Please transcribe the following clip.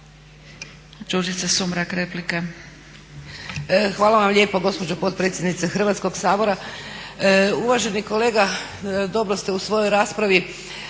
Hvala vam lijepo gospođo potpredsjednice Hrvatskog sabora. Uvaženi kolega, dobro ste u svojoj raspravi